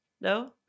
no